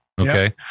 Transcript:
Okay